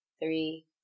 three